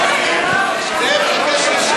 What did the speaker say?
תודה.